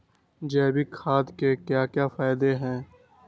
जैविक खाद के क्या क्या फायदे हैं?